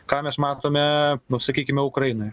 ką mes matome sakykime ukrainoje